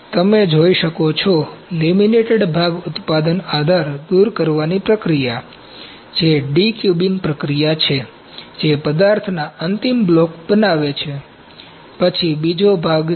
તમે જોઈ શકો છો લેમિનેટેડ ભાગ ઉત્પાદન આધાર દૂર કરવાની પ્રક્રિયા જે ડી ક્યુબિંગ પ્રક્રિયા છે જે પદાર્થના અંતિમ બ્લોક દર્શાવે છે પછી બીજો ભાગ છે